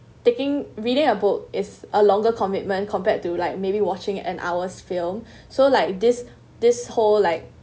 taking reading a book is a longer commitment compared to like maybe watching an hour's film so like this this whole like